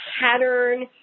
pattern